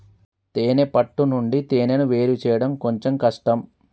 తేనే పట్టు నుండి తేనెను వేరుచేయడం కొంచెం కష్టం